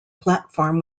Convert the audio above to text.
platform